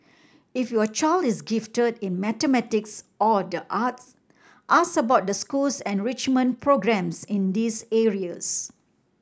if your child is gifted in mathematics or the arts ask about the school's enrichment programmes in these areas